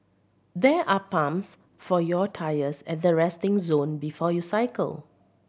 there are pumps for your tyres at the resting zone before you cycle